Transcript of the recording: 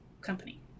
company